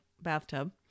bathtub